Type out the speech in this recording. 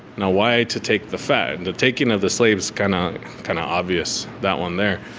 now why to take the fat? and the taking of the slaves kind of kinda obvious that one there.